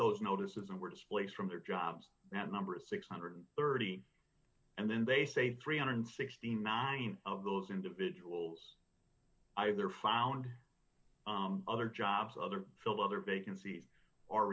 those notices and were displaced from their jobs that number is six hundred and thirty and then they say three hundred and sixty mowing of those individuals either found other jobs other fill other vacancies or